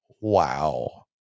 wow